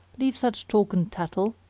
leave such talk and tattle.